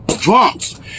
drunks